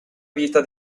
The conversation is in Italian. vita